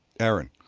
erin.